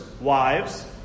wives